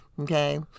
Okay